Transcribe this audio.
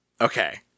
Okay